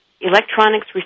electronics